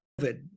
COVID